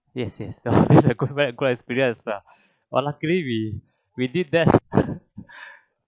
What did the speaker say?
yes yes this is a very good experience ya luckily we we did that